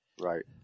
Right